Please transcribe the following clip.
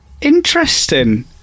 interesting